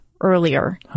earlier